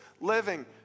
living